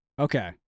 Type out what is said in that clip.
okay